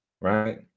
Right